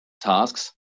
tasks